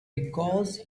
because